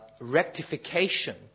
rectification